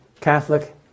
Catholic